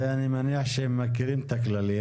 זה אני מניח שהם מכירים את הכללים.